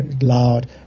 loud